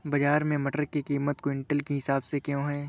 बाजार में मटर की कीमत क्विंटल के हिसाब से क्यो है?